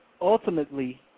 ultimately